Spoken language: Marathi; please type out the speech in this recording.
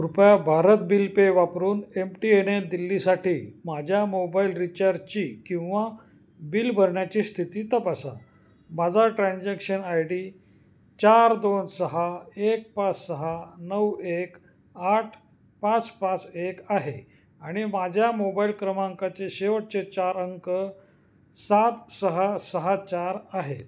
कृपया भारत बिल पे वापरून एम टी एन एल दिल्लीसाठी माझ्या मोबाईल रिचार्जची किंवा बिल भरण्याची स्थिती तपासा माझा ट्रॅन्झॅक्शन आय डी चार दोन सहा एक पाच सहा नऊ एक आठ पाच पाच एक आहे आणि माझ्या मोबाईल क्रमांकाचे शेवटचे चार अंक सात सहा सहा चार आहे